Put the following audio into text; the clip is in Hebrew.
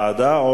ועדה?